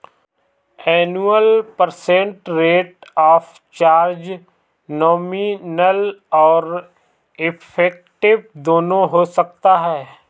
annual percent rate of charge nominal और effective दोनों हो सकता है